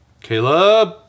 Caleb